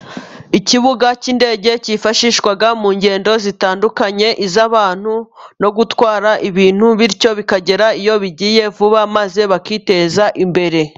Ikibuga cy'indege cyifashishwa mu ngendo zitandukanye. Iz'abantu no gutwara ibintu bityo bikagera iyo bigiye vuba maze bakiteza imbere.